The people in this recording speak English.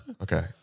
Okay